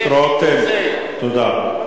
חבר הכנסת רותם, תודה.